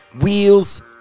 wheels